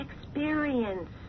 Experience